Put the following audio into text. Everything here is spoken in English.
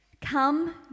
Come